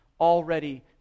already